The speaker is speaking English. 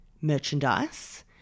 merchandise